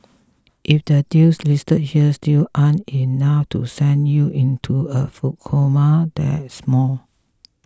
if the deals listed here still aren't enough to send you into a food coma there's more